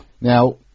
Now